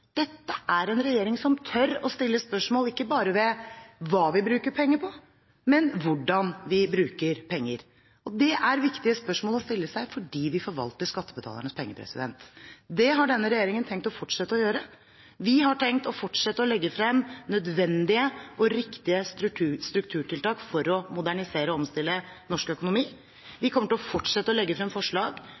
Dette er en regjering som tør å stille spørsmål, ikke bare ved hva vi bruker penger på, men hvordan vi bruker penger. Dette er viktige spørsmål å stille seg, fordi vi forvalter skattebetalernes penger. Det har denne regjeringen tenkt å fortsette å gjøre. Vi har tenkt å fortsette å legge frem forslag om nødvendige og riktige strukturtiltak for å modernisere og omstille norsk økonomi. Vi vil fortsette å legge frem forslag